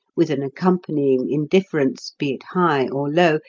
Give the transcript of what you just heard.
with an accompanying indifference, be it high or low,